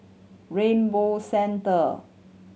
Rainbow Centre